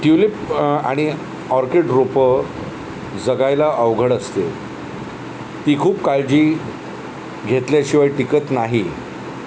tulip आणि orchid रोपं जगायला अवघड असते ती खूप काळजी घेतल्याशिवाय टिकत नाही